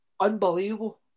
unbelievable